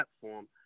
platform